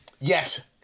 Yes